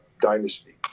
dynasty